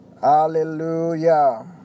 Hallelujah